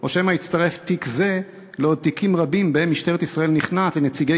או שמא יצטרף תיק זה לעוד תיקים רבים שבהם משטרת ישראל נכנעת לנציגי